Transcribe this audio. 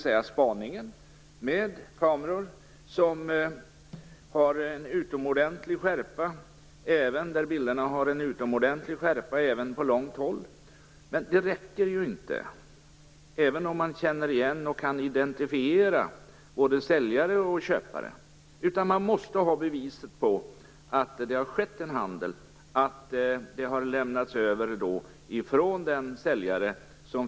Man spanar med kameror som har en utomordentlig skärpa, och bilderna har en utomordentlig skärpa även på långt håll. Men det räcker inte, även om man känner igen och kan identifiera både säljare och köpare. Man måste ha bevis på att det har skett en handel och att knark har lämnats över från säljaren.